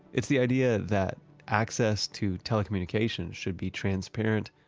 it's the idea that access to telecommunications should be transparent,